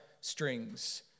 strings